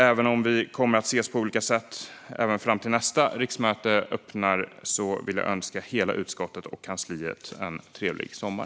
Även om vi kommer att ses på olika sätt under tiden fram till att nästa riksmöte öppnar vill jag önska hela utskottet och kansliet en trevlig sommar.